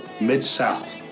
Mid-South